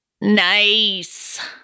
Nice